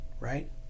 Right